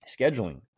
scheduling